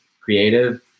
creative